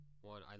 one